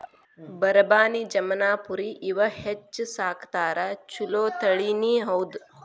ಬರಬಾನಿ, ಜಮನಾಪುರಿ ಇವ ಹೆಚ್ಚ ಸಾಕತಾರ ಚುಲೊ ತಳಿನಿ ಹೌದ